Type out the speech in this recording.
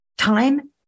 Time